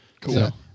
Cool